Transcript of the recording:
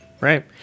Right